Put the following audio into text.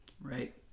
right